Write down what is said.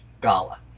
gala